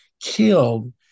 killed